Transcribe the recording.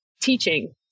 teaching